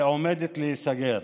עומדת להיסגר